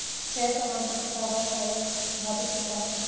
share प्रमाण पत्र कागज का एक भौतिक टुकड़ा है